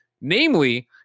Namely